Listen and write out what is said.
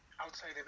Outside